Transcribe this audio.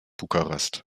bukarest